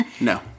No